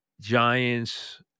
Giants